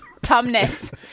Tumness